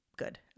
good